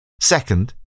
Second